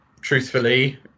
truthfully